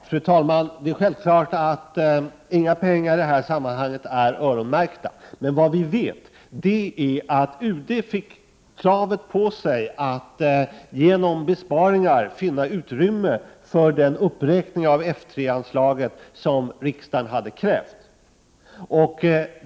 Fru talman! Självklart är inga pengar i detta sammanhang öronmärkta. Men vad vi vet är att UD fick riksdagens krav på sig att genom besparingar finna utrymme för en uppräkning av F 3-anslaget.